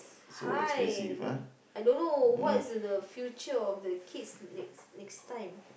high I don't know what is the future of the kids next next time